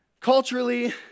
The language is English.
culturally